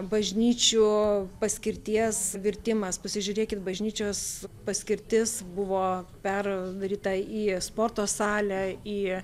bažnyčių paskirties virtimas pasižiūrėkit bažnyčios paskirtis buvo perdaryta į sporto salę į